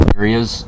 areas